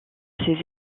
ses